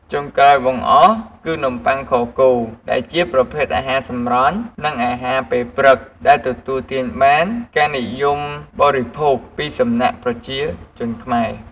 ចុងក្រោយបង្អស់គឺនំប័ុងខគោដែលជាប្រភេទអាហារសម្រន់ និងអាហារពេលព្រឹកដែលទទួលបានការនិយមបរិភោគពីសំណាក់ប្រជាជនខ្មែរ។